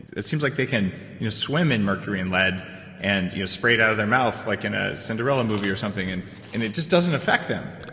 it seems like they can you know swim in mercury and lead and you know spray it out of their mouth, like in a cinderella movie or something, and and it just doesn't affect them.